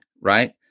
right